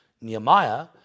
Nehemiah